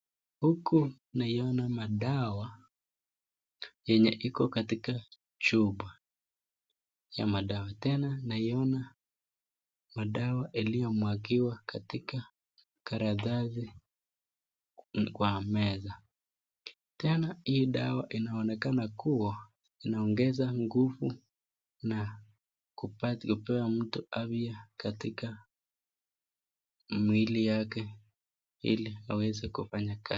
Huku naiona madawa yenye iko katika chupa ya madawa, tena naiona madawa yaliyomwagiwa katika karatasi kwa meza tena hii dawa inaonekana kuwa inaongeza nguvu na kupea mtu afya katika mwili yake hili aweze kufanya kazi.